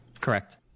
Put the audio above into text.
Correct